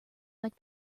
like